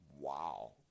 Wow